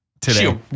today